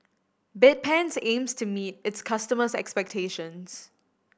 bedpans aims to meet its customers' expectations